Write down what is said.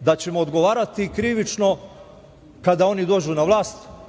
da ćemo odgovarati krivično kada oni dođu na vlast